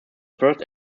first